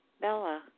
Bella